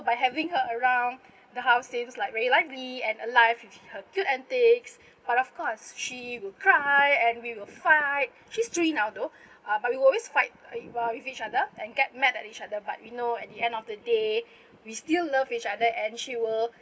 by having her around the house seems like very lively and alive with her cute antics but of course she will cry and we will fight she's three now though uh but we will always fight uh with each other and get mad at each other but you know at the end of the day we still love each other and she will